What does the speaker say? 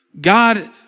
God